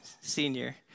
senior